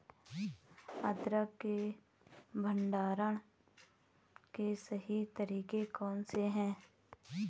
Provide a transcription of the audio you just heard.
अदरक के भंडारण के सही तरीके कौन से हैं?